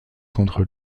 contre